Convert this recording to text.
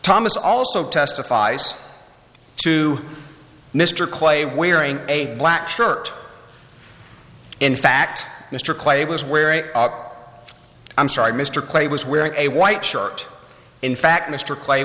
thomas also testifies to mr clay wearing a black shirt in fact mr clay was wearing i'm sorry mr clay was wearing a white shirt in fact mr clay